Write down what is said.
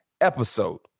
episode